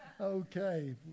Okay